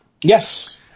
Yes